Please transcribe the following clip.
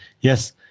Yes